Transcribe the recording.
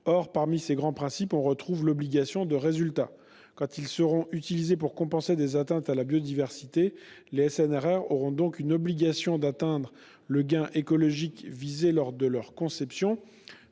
Or, parmi ces grands principes, on retrouve l'obligation de résultat. Quand ils seront utilisés pour compenser des atteintes à la biodiversité, les SNRR auront donc une obligation d'atteindre le gain écologique visé lors de leur conception.